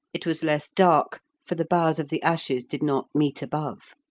it was less dark, for the boughs of the ashes did not meet above.